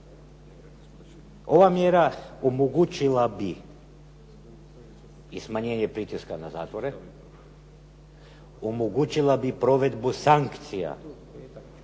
Ova mjera omogućila bi i smanjenje pritiska na zatvore, omogućila bi provedbu sankcija